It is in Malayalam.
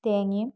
തേങ്ങയും